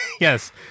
Yes